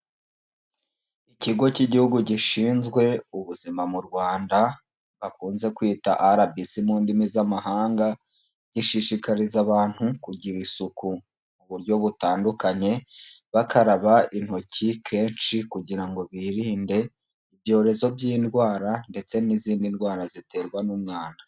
Ikigo cy'igihugu gishinzwe ubuzima mu Rwanda, bakunze kwita RBC mu ndimi z'amahanga, gishishikariza abantu kugira isuku mu buryo butandukanye, bakaraba intoki kenshi kugira ngo birinde ibyorezo by'indwara ndetse n'izindi ndwara ziterwa n'umwanda.